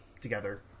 together